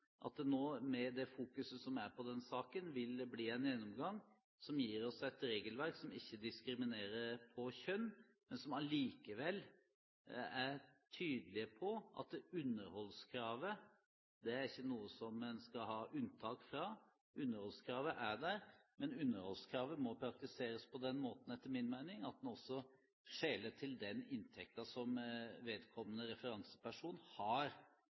det nå, med det fokuset som er på denne saken, vil bli en gjennomgang som gir oss et regelverk som ikke diskriminerer på kjønn, men som allikevel er tydelig på at underholdskravet ikke er noe som en skal ha unntak fra. Underholdskravet er der, men underholdskravet må etter min mening praktiseres på den måten at en også skjeler til den inntekten som vedkommende referanseperson har